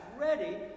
ready